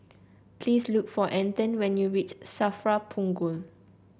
please look for Anton when you reach Safra Punggol